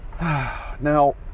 Now